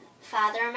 Father